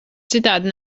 citādi